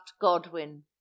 Godwin